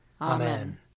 Amen